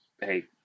hey